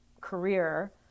career